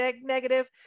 negative